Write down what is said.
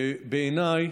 בעיניי,